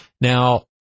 Now